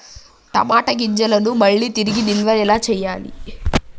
టమాట గింజలను మళ్ళీ తిరిగి నిల్వ ఎలా చేయాలి?